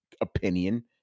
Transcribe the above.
opinion